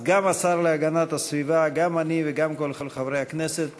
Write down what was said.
אז גם השר להגנת הסביבה, גם אני וגם כל חברי הכנסת